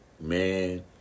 man